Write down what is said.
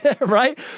right